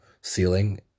ceiling